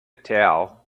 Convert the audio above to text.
tell